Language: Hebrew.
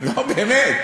לא, באמת.